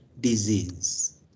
disease